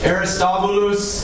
Aristobulus